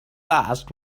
last